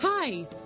Hi